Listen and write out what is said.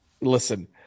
Listen